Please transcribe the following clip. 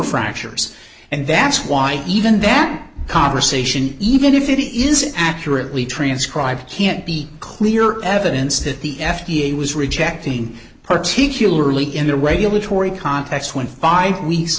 fractures and that's why even that conversation even if it isn't accurately transcribed can't be clear evidence that the f d a was rejecting particularly in the regulatory context when five weeks